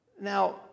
Now